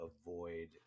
avoid